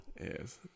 yes